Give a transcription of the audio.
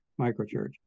microchurch